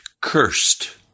Cursed